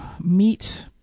meet